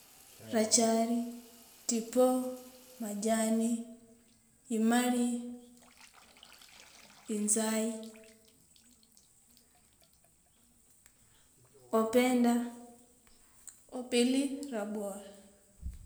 Rachari, tibo, imali, inzayi, openda, opili, rabwori.